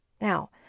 Now